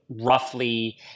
roughly